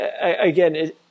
Again